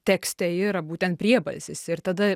tekste yra būtent priebalsis ir tada